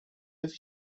movie